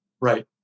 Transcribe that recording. Right